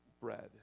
bread